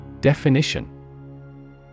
Definition